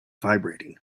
vibrating